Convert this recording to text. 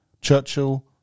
Churchill